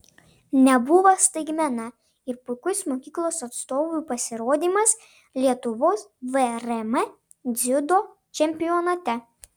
nebuvo staigmena ir puikus mokyklos atstovų pasirodymas lietuvos vrm dziudo čempionate